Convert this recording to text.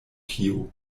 tio